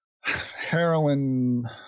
heroin